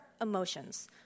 emotions